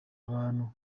abantu